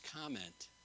comment